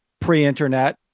pre-Internet